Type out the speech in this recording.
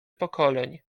pokoleń